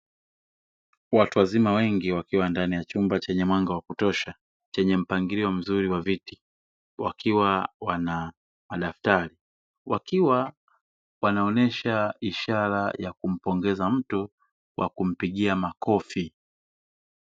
Watu wazima wengi wakiwa ndani ya chumba chenye mwanga wa kutosha, chenye mpangilio mzuri wa viti wakiwa wana madaftari, wakiwa wanaonyesha ishara ya kumpongeza mtu kwa kumpigia makofi.